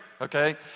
Okay